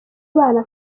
bana